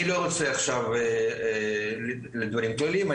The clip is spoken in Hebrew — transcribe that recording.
אני לא רוצה עכשיו להתייחס לדברים כלליים.